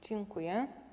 Dziękuję.